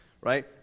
right